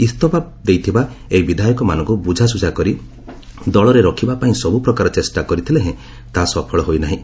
ଇସ୍ତଫା ଦେଇଥିବା ଏହି ବିଧାୟକମାନଙ୍କୁ ବୁଝାଶୁଝା କରି ଦଳରେ ରଖିବାପାଇଁ ସବୁପ୍ରକାର ଚେଷ୍ଟା କରିଥିଲେ ହେଁ ତାହା ସଫଳ ହୋଇ ନାହିଁ